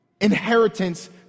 inheritance